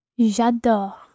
J'adore